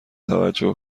توجه